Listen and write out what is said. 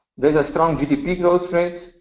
there's a strong gdp growth rate.